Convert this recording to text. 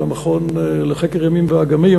המכון לחקר ימים ואגמים,